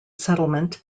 settlement